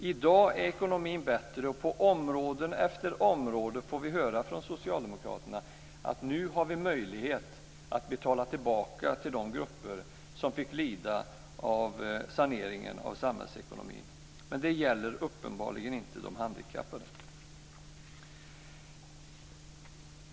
I dag är ju ekonomin bättre och på område efter område får vi höra från socialdemokraterna: Nu har vi möjlighet att betala tillbaka till de grupper som fick lida av saneringen av samhällsekonomin. Detta gäller uppenbarligen inte de handikappade.